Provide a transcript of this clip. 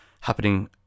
happening